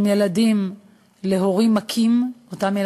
שהם ילדים להורים מכים, בתוך המקלט שם הם גרים.